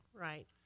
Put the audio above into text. right